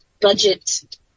budget